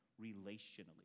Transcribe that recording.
relationally